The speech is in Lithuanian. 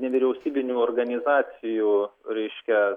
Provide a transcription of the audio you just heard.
nevyriausybinių organizacijų reiškia